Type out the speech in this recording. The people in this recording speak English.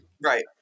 Right